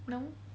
no